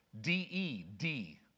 D-E-D